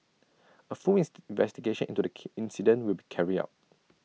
A fullest investigation into the key incident will be carried out